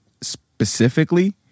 specifically